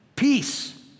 Peace